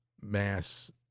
mass